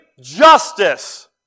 justice